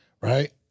right